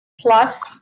plus